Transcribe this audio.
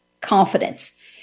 confidence